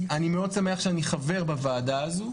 אני מאוד שמח שאני חבר בוועדה הזו,